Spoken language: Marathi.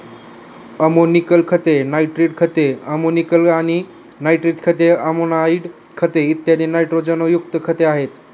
अमोनिकल खते, नायट्रेट खते, अमोनिकल आणि नायट्रेट खते, अमाइड खते, इत्यादी नायट्रोजनयुक्त खते आहेत